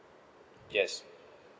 yes